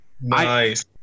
Nice